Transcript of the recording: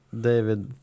David